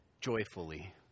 joyfully